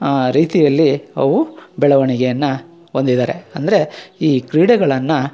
ಆ ರೀತಿಯಲ್ಲಿ ಅವು ಬೆಳವಣಿಗೆಯನ್ನು ಹೊಂದಿದಾರೆ ಅಂದರೆ ಈ ಕ್ರೀಡೆಗಳನ್ನು